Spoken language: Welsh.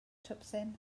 twpsyn